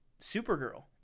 Supergirl